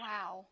Wow